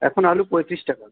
এখন আলু পঁয়ত্রিশ টাকা